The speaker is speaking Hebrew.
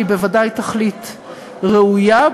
היא בוודאי תכלית ראויה,